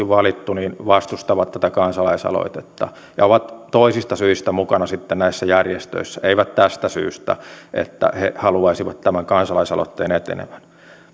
valittu vastustavat tätä kansalaisaloitetta ja ovat toisista syistä mukana sitten näissä järjestöissä eivät tästä syystä että he haluaisivat tämän kansalaisaloitteen etenevän